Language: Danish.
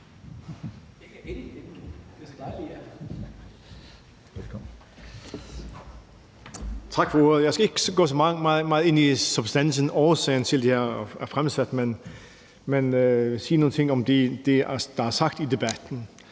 Jeg skal ikke gå så meget ind i substansen i årsagen til, at forslaget er fremsat, men sige nogle ting om det, der er sagt i debatten.